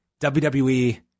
WWE